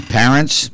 parents